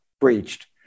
breached